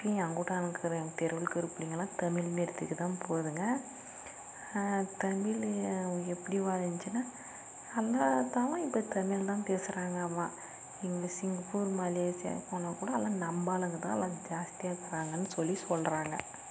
அப்பேயும் எங்கள் வீட்டாண்ட இருக்கிற தெருவில் இருக்கிற பிள்ளிங்கலாம் தமிழ் மீடியத்துக்குதான் போகுதுங்க தமிழு எப்படி வந்துச்சுனா அந்த தமிழ்தான் பேசுகிறாங்க இங்கே சிங்கப்பூர் மலேசியாவில் போனால் கூட எல்லாம் நம்மாளுங்கதான் எல்லாம் ஜாஸ்த்தியாக இருக்காங்கன்னு சொல்லி சொல்கிறாங்க